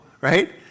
right